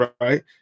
right